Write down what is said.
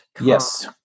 Yes